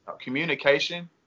communication